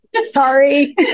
sorry